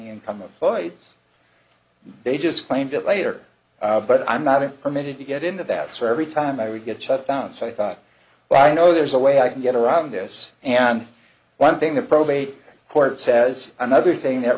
income of floyd's they just claimed it later but i'm not it permitted to get into that so every time i would get shut down so i thought well i know there's a way i can get around this and one thing the probate court says another thing that